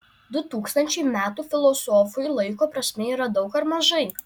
du tūkstančiai metų filosofui laiko prasme yra daug ar mažai